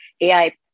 AI